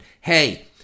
Hey